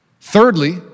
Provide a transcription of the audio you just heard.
Thirdly